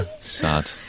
Sad